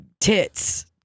Tits